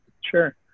Sure